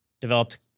developed